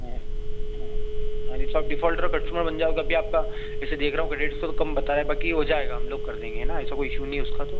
हाँ हाँ हाँ नहीं तो आप डिफ़ॉल्टर कस्टमर बन जाओगे अभी आपका ऐसे देख रहा हूँ क्रेडिट इस्कोर तो कम बता रहा बाकी हो जाएगा हम लोग कर देंगे है ना ऐसा कोई ईशू नहीं उसका तो